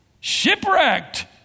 Shipwrecked